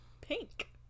pink